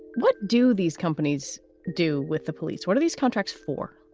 what do these companies do with the police? what are these contracts for?